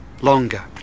longer